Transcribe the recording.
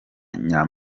nya